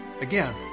Again